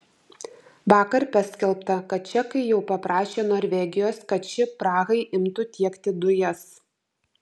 vakar paskelbta kad čekai jau paprašė norvegijos kad ši prahai imtų tiekti dujas